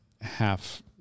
half